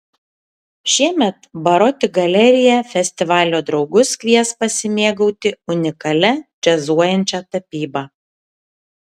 šiemet baroti galerija festivalio draugus kvies pasimėgauti unikalia džiazuojančia tapyba